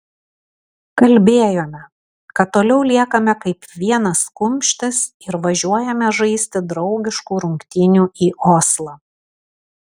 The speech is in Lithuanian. kalbėjome kad toliau liekame kaip vienas kumštis ir važiuojame žaisti draugiškų rungtynių į oslą